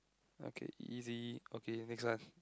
okay easy okay next one